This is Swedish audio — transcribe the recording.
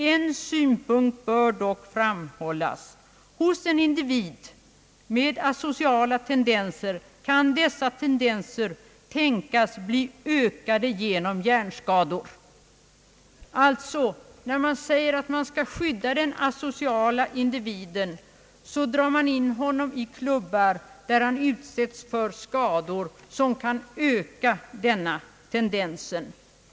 En synpunkt bör dock framhållas; hos en individ med asociala tendenser kan dessa tendenser tänkas bli ökade genom hjärnskador.» När man alltså säger att man skall skydda den asociala individen drar man in honom 1 klubbar, där han utsättes för skador som kan öka denna tendens.